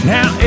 Now